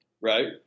right